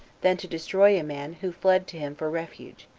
than to destroy a man who fled to him for refuge,